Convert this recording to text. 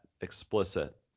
explicit